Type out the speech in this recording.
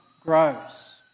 grows